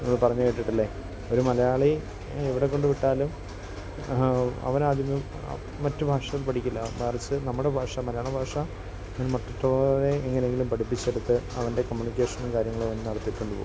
പറഞ്ഞ് കേട്ടിട്ടില്ലേ ഒരു മലയാളി എ എവിടെ കൊണ്ട് വിട്ടാലും ഹാ അവനതിന് ആ മറ്റ് ഭാഷകൾ പഠിക്കില്ല മറിച്ച് നമ്മുടെ ഭാഷ മലയാള ഭാഷ മറ്റുള്ളവരെ എങ്ങനെയെങ്കിലും പഠിപ്പിച്ചെടുത്ത് അവൻ്റെ കമ്മ്യൂണിക്കേഷനും കാര്യങ്ങളും അവൻ നടത്തിക്കൊണ്ട് പോവും